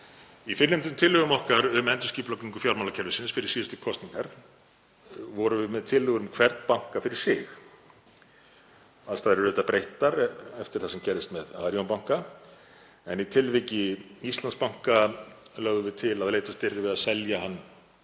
Í fyrrnefndum tillögum okkar um endurskipulagningu fjármálakerfisins fyrir síðustu kosningar vorum við með tillögur um hvern banka fyrir sig. Aðstæður eru auðvitað breyttar eftir það sem gerðist með Arion banka, en í tilviki Íslandsbanka lögðum við til að leitast yrði við að selja hann